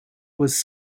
was